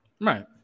Right